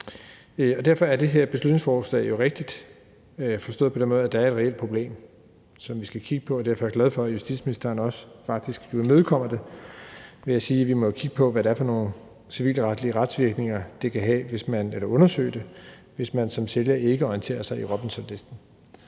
Derfor er det her beslutningsforslag rigtigt, forstået på den måde, at der er et reelt problem, som vi skal kigge på, og derfor er jeg glad for, at justitsministeren faktisk også imødekommer det ved at sige, at vi jo må undersøge, hvad det er for nogle civilretlige retsvirkninger, det kan have, hvis man som sælger ikke orienterer sig i Robinsonlisten.